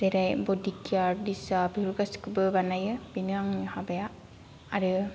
जेरै बडि केयार दिशा बेफोर गासिखौबो बानायो बेनो आंनि हाबाया आरो